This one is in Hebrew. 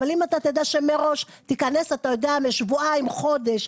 אבל אם תדע שמראש תיכנס לשבועיים חודש,